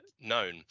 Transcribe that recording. known